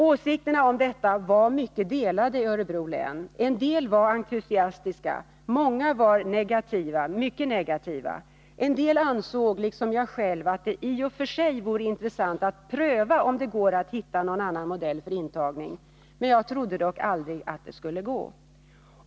Åsikterna om detta var mycket delade i Örebro län. En del var entusiastiska, många var mycket negativa. En del ansåg liksom jag själv att det i och för sig vore intressant att pröva om det går att hitta någon annan modell för intagning — jag trodde dock aldrig att det skulle gå.